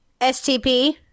STP